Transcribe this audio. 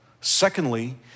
Secondly